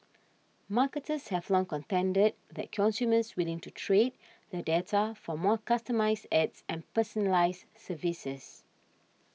marketers have long contended that consumers willingly to trade their data for more customised ads and personalised services